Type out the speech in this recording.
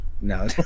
No